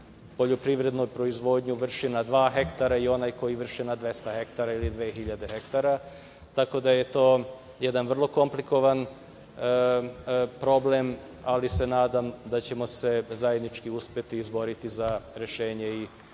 poljoprivrednu proizvodnju vrši na dva hektara i onaj koji vrši na 200 hektara ili 2.000 hektara, tako da je to jedan vrlo komplikovan problem, ali se nadam da ćemo se zajednički uspeti izboriti za rešenje i